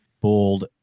bold